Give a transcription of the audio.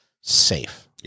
safe